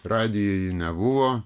radijuj jų nebuvo